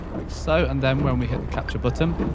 like so. and then when we hit the capture button,